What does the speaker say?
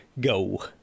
Go